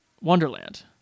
Wonderland